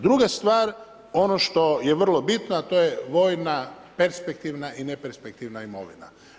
Druga stvar ono što je vrlo bitno a to je vojna perspektivna i neperspektivna imovina.